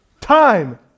Time